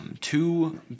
Two